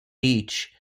beach